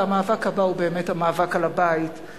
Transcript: והמאבק הבא הוא באמת המאבק על הבית,